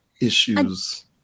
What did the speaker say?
issues